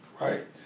right